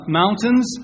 mountains